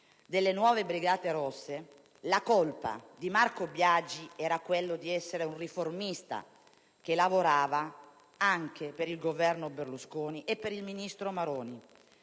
delle Nuove Brigate Rosse, la "colpa" di Marco Biagi era quella di essere un riformista che lavorava anche per il Governo Berlusconi e per il ministro Maroni;